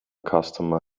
customer